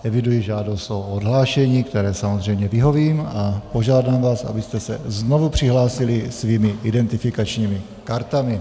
Eviduji žádost o odhlášení, které samozřejmě vyhovím a požádám vás, abyste se znovu přihlásili svými identifikačními kartami.